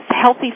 healthy